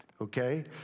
Okay